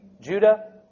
Judah